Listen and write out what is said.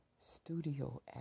Studio